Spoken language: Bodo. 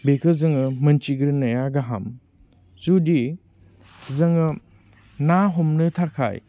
बेखौ जोङो मोन्थिग्रोनाया गाहाम जुदि जोङो ना हमनो थाखाय